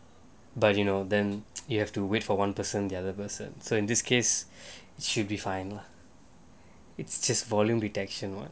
but you know then you have to wait for one person the other person so in this case should be fine lah it's just volume retention